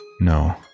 No